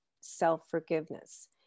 self-forgiveness